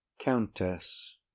Countess